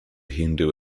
hindu